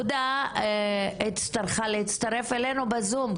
הודא נאלצה להצטרף אלינו בזום,